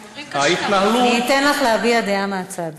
הם, אני אתן לך להביע דעה מהצד.